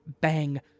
Bang